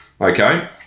okay